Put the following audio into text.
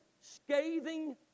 scathing